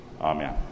amen